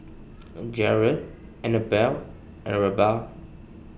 Jarret Annabell and Reba